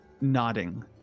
nodding